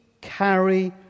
carry